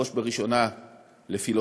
בראש ובראשונה לפילוסופיה,